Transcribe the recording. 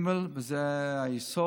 3. וזה היסוד,